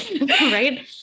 right